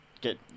get